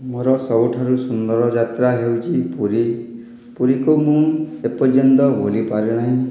ମୋର ସବୁଠାରୁ ସୁନ୍ଦର ଯାତ୍ରା ହେଉଛି ପୁରୀ ପୁରୀକୁ ମୁଁ ଏପର୍ଯ୍ୟନ୍ତ ଭୁଲିପାରୁନାହିଁ